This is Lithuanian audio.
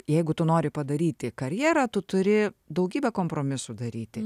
jeigu tu nori padaryti karjerą tu turi daugybę kompromisų daryti